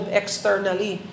externally